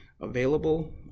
available